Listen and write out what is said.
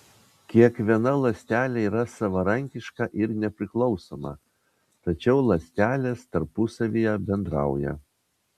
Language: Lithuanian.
kiekviena ląstelė yra savarankiška ir nepriklausoma tačiau ląstelės tarpusavyje bendrauja